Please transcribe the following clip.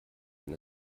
wenn